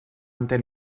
entén